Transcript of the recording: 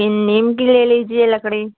नीम की ले लीजिए लकड़ी